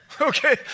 Okay